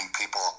people